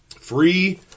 Free